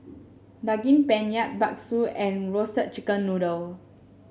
Daging Penyet Bakso and Roasted Chicken Noodle